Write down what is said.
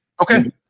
okay